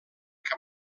que